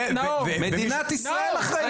מדינת ישראל אחראית לזה.